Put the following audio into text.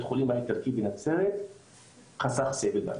החולים האיטלקי בנצרת חסך סבל באנשים.